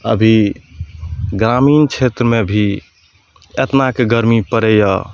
अभी ग्रामीण छेत्रमे भी एतनाके गरमी पड़ैए